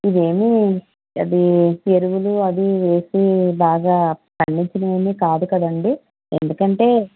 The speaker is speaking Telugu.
ఇదేమీ అది ఎరువులూ అవీ వేసి బాగా పండిచ్చినవేమీ కాదు కదండీ ఎందుకంటే